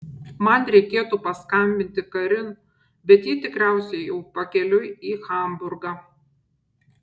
man reikėtų paskambinti karin bet ji tikriausiai jau pakeliui į hamburgą